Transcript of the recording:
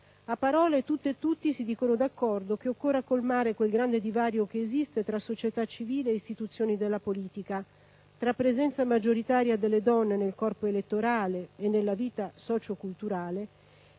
A parole tutte e tutti si dichiarano concordi sulla necessità di colmare il grande divario che esiste tra società civile ed istituzioni della politica, tra presenza maggioritaria delle donne nel corpo elettorale e nella vita socio-culturale